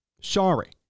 Sorry